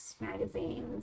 magazines